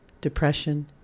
depression